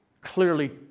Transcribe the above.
clearly